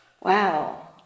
wow